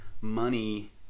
money